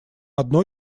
одно